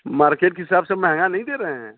market के हिसाब से महंगा दे रहे हैं